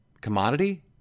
commodity